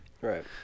Right